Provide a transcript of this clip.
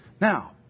Now